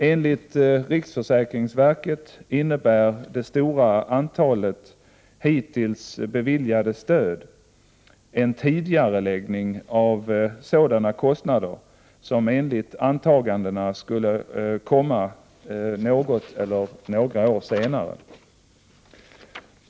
Enligt riksförsäkringsverket innebär det stora antalet hittills beviljade stöd en tidigareläggning av sådana kostnader, som enligt antagandena skulle uppkomma något eller några år senare.